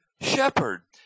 shepherd